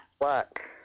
Black